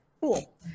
Cool